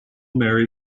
marry